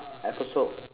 episode